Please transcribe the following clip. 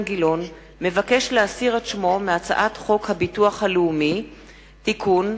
גילאון מבקש להסיר את שמו מהצעת חוק הביטוח הלאומי (תיקון,